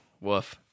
Woof